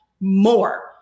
more